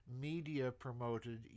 media-promoted